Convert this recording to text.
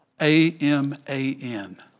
A-M-A-N